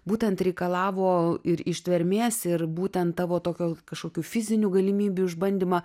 būtent reikalavo ir ištvermės ir būtent tavo tokio kažkokių fizinių galimybių išbandymą